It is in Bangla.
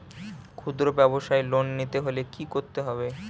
খুদ্রব্যাবসায় লোন নিতে হলে কি করতে হবে?